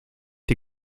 dir